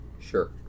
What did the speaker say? Sure